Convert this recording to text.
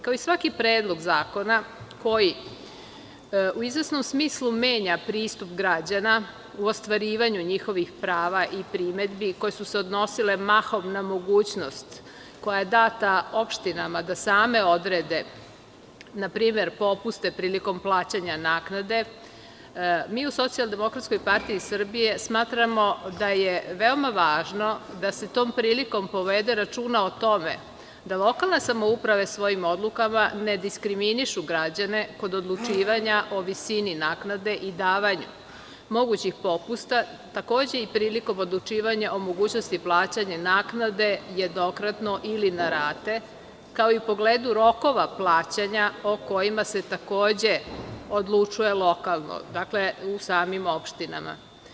Kao i svaki predlog zakona koji u izvesnom smislu menja pristup građana u ostvarivanju njihovih prava i primedbi koje su se odnosile mahom na mogućnost koja je data opštinama da same odrede npr. popuste prilikom plaćanja naknade, mi u SDPS smatramo da je veoma važno da se tom prilikom povede računa o tome da lokalne samouprave svojim odlukama ne diskriminišu građane kod odlučivanja o visini naknade i davanju mogućih popusta, takođe i prilikom odlučivanja o mogućnosti plaćanja naknade jednokratno ili na rate, kao i u pogledu rokova plaćanja, o kojima se takođe odlučuje lokalno, u samim opštinama.